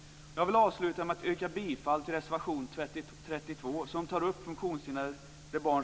Jag vill avsluta med att yrka bifall till reservation